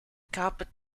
carpet